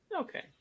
Okay